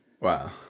Wow